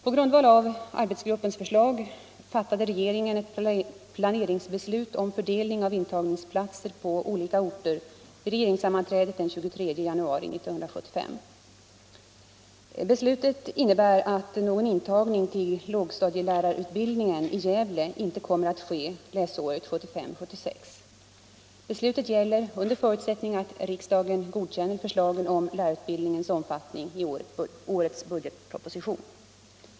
På grundval av arbetsgruppens förslag fattade regeringen ett planeringsbeslut om fördelning av intagningsplatser på olika orter vid regeringssammanträdet den 23 januari 1975. Beslutet innebär att någon intagning till lågstadielärarutbildningen i Gävle inte kommer att ske läsåret 1975/76. Beslutet gäller under förutsättning att riksdagen godkänner förslagen om lärarutbildningens omfattning i årets budgetproposition.